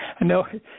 No